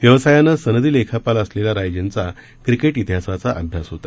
व्यवसायानं सनदी लेखापाल असलेल्या रायजींचा क्रिकेट तिहासाचा अभ्यास होता